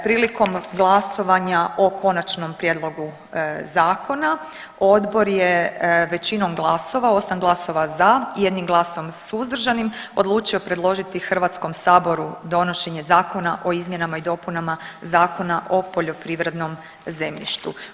Prilikom glasovanja o konačnom prijedlogu zakona odbor je većinom glasova, 8 glasova za, 1 glasom suzdržanim odlučio predložiti Hrvatskom saboru donošenje Zakona o izmjenama i dopunama Zakona o poljoprivrednom zemljištu.